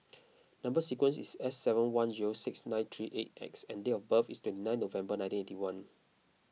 Number Sequence is S seven one zero six nine three eight X and date of birth is been nine November nineteen eighty one